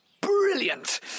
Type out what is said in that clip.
Brilliant